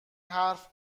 حرف